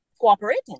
cooperating